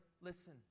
listen